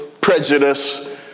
prejudice